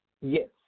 yes